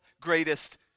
greatest